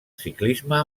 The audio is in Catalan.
ciclisme